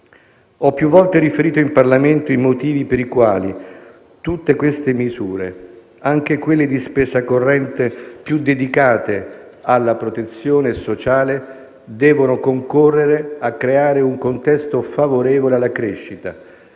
Ho più volte riferito in Parlamento i motivi per i quali tutte queste misure, anche quelle di spesa corrente più dedicate alla protezione sociale, devono concorrere a creare un contesto favorevole alla crescita,